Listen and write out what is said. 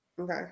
Okay